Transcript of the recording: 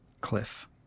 cliff